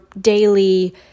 daily